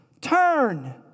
Turn